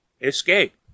Escape